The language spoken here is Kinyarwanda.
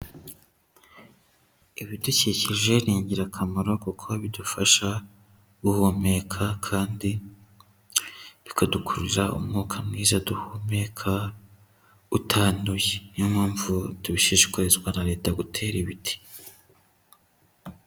Ibidukikije ni ingirakamaro kuko bidufasha guhumeka kandi bikadukururira umwuka mwiza duhumeka utanduye. N iyo mpamvu tubishishikarizwa na Leta gutera ibiti.